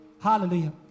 hallelujah